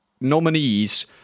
nominees